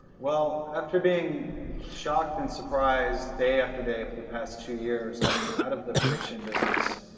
well, after being shocked and surprised day after day for the past two years, i'm out of the prediction business.